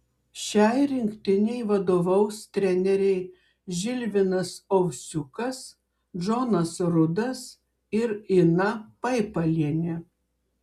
šiai rinktinei vadovaus treneriai žilvinas ovsiukas džonas rudas ir ina paipalienė